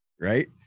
right